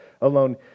alone